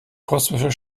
kosmischer